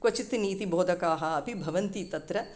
क्वचित् नीतिबोधकाः अपि भवन्ति तत्र